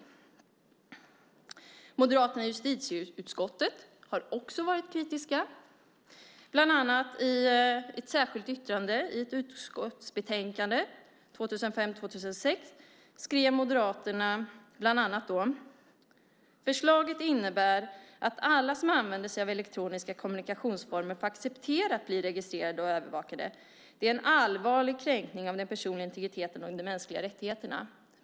Också Moderaterna i justitieutskottet har varit kritiska. I ett särskilt yttrande i ett utskottsbetänkande 2005/06 skrev vi bland annat att "förslaget innebär att alla som använder sig av elektroniska kommunikationsformer får acceptera att bli registrerade och övervakade. Det är en allvarlig kränkning av den personliga integriteten och de mänskliga rättigheterna".